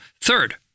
Third